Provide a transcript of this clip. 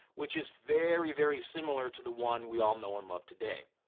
which is very, very similar to the one we all know and love today.